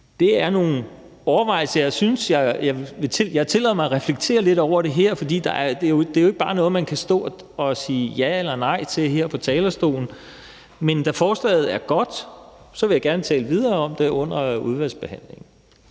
Det er nogle overvejelser. Jeg tillader mig at reflektere lidt over det her, fordi det jo ikke bare er noget, man kan stå at sige ja eller nej til her på talerstolen, men da forslaget er godt, vil jeg gerne tale videre om det under udvalgsbehandlingen.